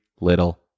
little